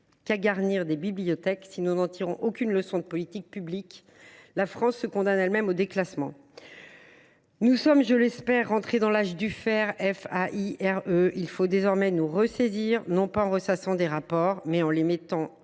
qu’à garnir des bibliothèques, si nous n’en tirons aucune leçon en termes de politique publique, la France se condamne elle même au déclassement. Nous sommes, je l’espère, entrés dans l’âge du « faire ». Il faut désormais nous ressaisir, non pas en ressassant des rapports, mais en les mettant